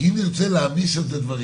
כי אם נרצה להעמיס על זה דברים,